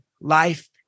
Life